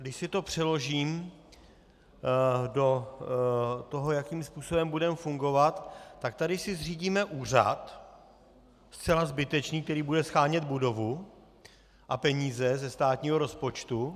Když si to přeložím do toho, jakým způsobem budeme fungovat, tak tady si zřídíme úřad, zcela zbytečný, který bude shánět budovu a peníze ze státního rozpočtu.